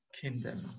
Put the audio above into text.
kingdom